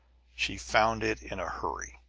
she found it in a hurry.